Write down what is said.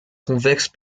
convexe